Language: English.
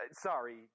sorry